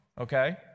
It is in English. okay